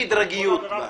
עבירה פלילית?